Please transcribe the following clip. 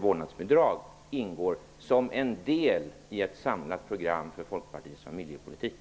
vårdnadsbidrag, ingår som en del i ett samlat program för Folkpartiets familjepolitik.